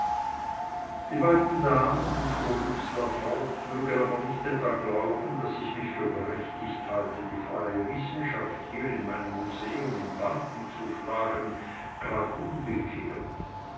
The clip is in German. die beiden damen fuhr dubslav fort mögen aber nicht etwa glauben daß ich mich für berechtigt halte die freie wissenschaft hier in meinem museum in banden zu schlagen grad umgekehrt